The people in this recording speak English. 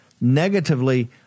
negatively